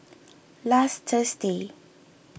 last Thursday